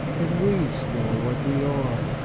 and we still what we are!